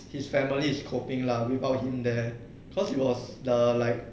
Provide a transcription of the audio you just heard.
his family is coping lah without him there because he was the like